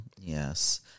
Yes